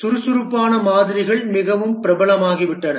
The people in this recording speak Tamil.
சுறுசுறுப்பான மாதிரிகள் மிகவும் பிரபலமாகிவிட்டன